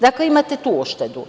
Dakle, imate tu uštedu.